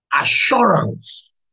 assurance